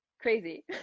Crazy